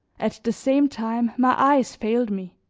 at the same time my eyes failed me,